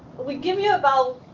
we give you about